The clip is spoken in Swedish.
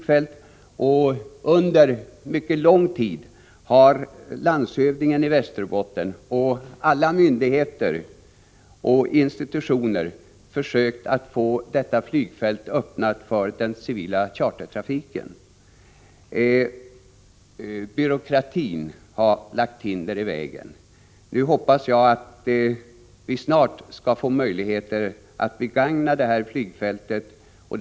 Under mycket lång tid har landshövdingen i Västerbotten, olika myndigheter och institutioner försökt att få detta flygfält öppnat för den civila chartertrafiken. Men byråkratin har lagt hinder i vägen. Nu hoppas jag att vi snart kan få begagna detta flygfält för civilt ändamål.